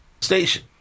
station